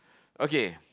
okay